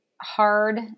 hard